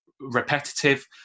repetitive